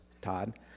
Todd